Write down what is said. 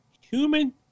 human